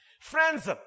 Friends